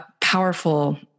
powerful